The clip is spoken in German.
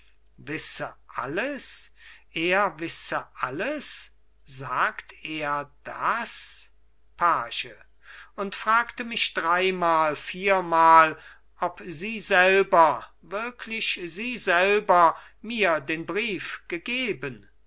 wisse alles er wisse alles sagt er das page und fragte mich dreimal viermal ob sie selber wirklich sie selber mir den brief gegeben